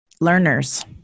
learners